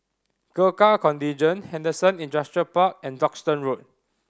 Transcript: Gurkha Contingent Henderson Industrial Park and Duxton Road